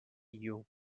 you